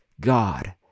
God